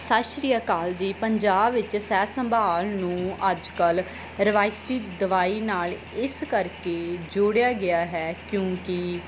ਸਤਿ ਸ਼੍ਰੀ ਅਕਾਲ ਜੀ ਪੰਜਾਬ ਵਿੱਚ ਸਿਹਤ ਸੰਭਾਲ ਨੂੰ ਅੱਜ ਕੱਲ੍ਹ ਰਿਵਾਇਤੀ ਦਵਾਈ ਨਾਲ ਇਸ ਕਰਕੇ ਜੋੜਿਆ ਗਿਆ ਹੈ ਕਿਉਂਕਿ